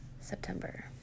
September